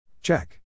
Check